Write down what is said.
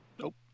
Nope